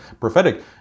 prophetic